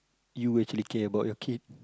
you actually care about your kid